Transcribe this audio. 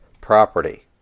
property